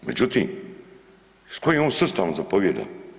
Međutim sa kojim on sustavom zapovijeda?